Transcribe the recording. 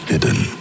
hidden